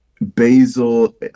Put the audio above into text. basil